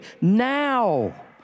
now